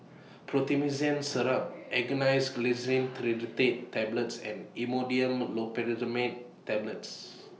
Syrup Angised Glyceryl Trinitrate Tablets and Imodium Tablets